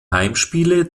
heimspiele